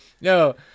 No